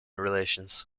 relations